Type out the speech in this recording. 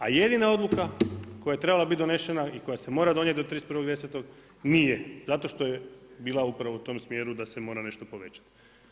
A jedina odluka koja je trebala biti donešena i koja se mora donijeti do 31.10. nije, zato što je bila upravo u tom smjeru da se mora nešto povećati.